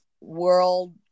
world